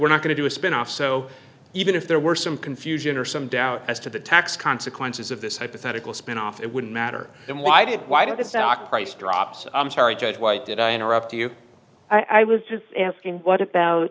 we're not going to do a spinoff so even if there were some confusion or some doubt as to the tax consequences of this hypothetical spinoff it wouldn't matter then why did why did the stock price drops i'm sorry judge white did i interrupt you i was just asking what about